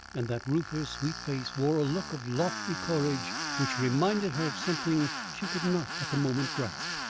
and that reuther's sweet face wore a look of lofty courage which reminded her of something she could not at the moment grasp,